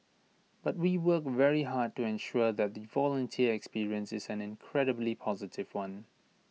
but we work very hard to ensure that the volunteer experience is an incredibly positive one